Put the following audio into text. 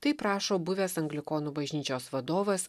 taip rašo buvęs anglikonų bažnyčios vadovas